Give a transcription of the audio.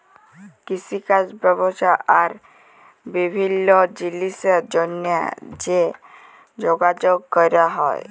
কিষিকাজ ব্যবসা আর বিভিল্ল্য জিলিসের জ্যনহে যে যগাযগ ক্যরা হ্যয়